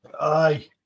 Aye